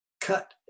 cut